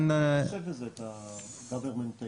איך אתם מחשבים את ה-government take?